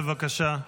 בבקשה.